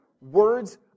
words